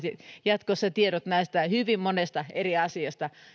jatkossa tiedot hyvin monesta asiasta